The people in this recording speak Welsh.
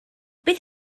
beth